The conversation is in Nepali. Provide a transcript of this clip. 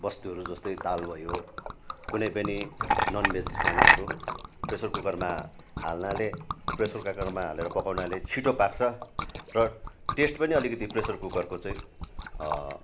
वस्तुहरू जस्तै दाल भयो कुनै पनि ननभेज खानाहरू प्रेसर कुकरमा हाल्नाले प्रेसर कुकरमा हालेर पकाउनाले छिटो पाक्छ र टेस्ट पनि अलिकति प्रेसर कुकरको चाहिँ